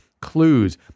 clues